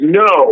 no